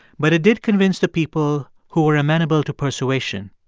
but it did convince the people who were amenable to persuasion.